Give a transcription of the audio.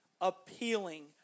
appealing